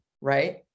right